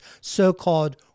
so-called